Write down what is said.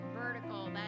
vertical